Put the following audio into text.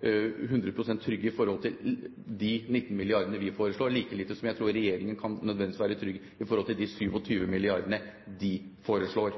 trygge i forhold til de 19 mrd. kr vi foreslår, like lite som jeg tror regjeringen nødvendigvis kan være trygg i forhold til de 27 mrd. kr de foreslår.